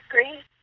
Great